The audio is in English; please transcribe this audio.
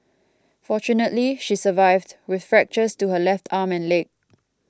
fortunately she survived with fractures to her left arm and leg